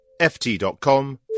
Ft.com